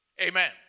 Amen